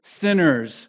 sinners